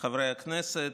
חברי הכנסת,